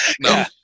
No